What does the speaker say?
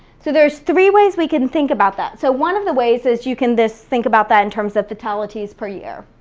so there's three ways we can think about that. so one of the ways is you can just think about that in terms of fatalities per year,